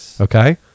Okay